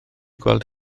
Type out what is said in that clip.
gweld